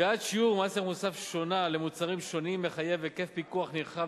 קביעת שיעור מס ערך מוסף שונה למוצרים שונים מחייבת היקף פיקוח נרחב